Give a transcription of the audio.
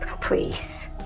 Please